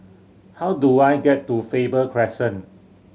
how do I get to Faber Crescent